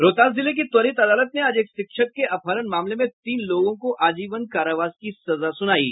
रोहतास जिले की त्वरित अदालत ने आज एक शिक्षक के अपहरण मामले में तीन लोगों को आजीवन कारावास की सजा सुनायी